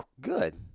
good